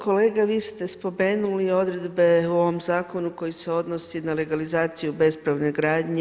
Kolega vi ste spomenuli odredbe u ovom zakonu koji se odnosi na legalizaciju bespravne gradnje.